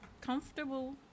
comfortable